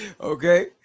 Okay